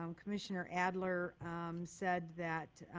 um commissioner adler said that